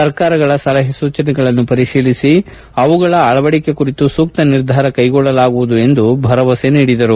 ಸರ್ಕಾರಗಳ ಸಲಹೆ ಸೂಚನೆಗಳನ್ನು ಪರಿಶೀಲಿಸಿ ಅವುಗಳ ಅಳವಡಿಕೆ ಕುರಿತು ಸೂಕ್ತ ನಿರ್ಧಾರ ಕೈಗೊಳ್ಳಲಾಗುವುದು ಎಂದು ಭರವಸೆ ನೀಡಿದರು